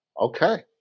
Okay